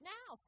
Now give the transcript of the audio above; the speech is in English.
Now